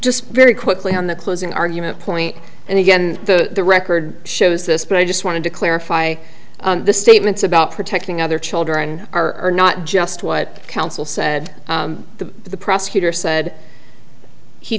just very quickly on the closing argument point and again the record shows this but i just wanted to clarify the statements about protecting other children are not just what counsel said the prosecutor said he